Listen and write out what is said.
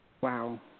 Wow